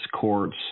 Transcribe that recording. courts